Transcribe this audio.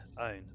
own